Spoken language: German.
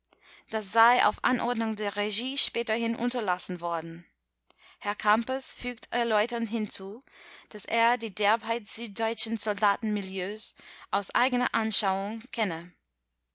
das sei auf anordnung der regie späterhin unterlassen worden herr kampers fügt erläuternd hinzu daß er die derbheit süddeutschen soldatenmilieus aus eigener anschauung kenne